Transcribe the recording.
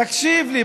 תקשיב לי,